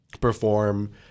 perform